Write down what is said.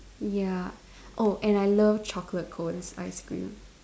ya oh and I love chocolate cones ice cream